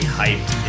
hyped